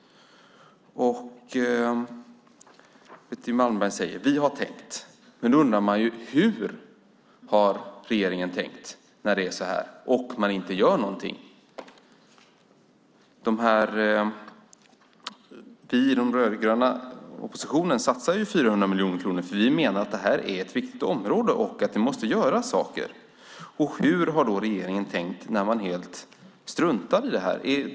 Betty Malmberg säger: Vi har tänkt. Man undrar hur regeringen har tänkt när det är som det är och det inte görs någonting. Vi i den rödgröna oppositionen satsar 400 miljoner kronor, för vi menar att det här är ett viktigt område och att det måste göras saker. Hur har regeringen tänkt när man helt struntar i detta?